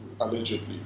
allegedly